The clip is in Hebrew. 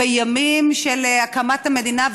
בימים של הקמת המדינה,